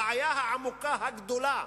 הבעיה העמוקה, הגדולה,